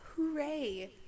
hooray